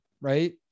right